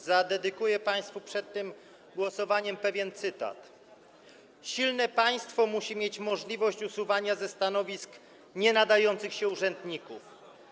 Zadedykuję państwu przed tym głosowaniem pewien cytat: Silne państwo musi mieć możliwość usuwania ze stanowisk nienadających się urzędników.